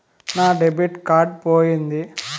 నా debit card పోయింది